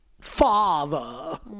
Father